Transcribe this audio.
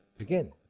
Again